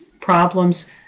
problems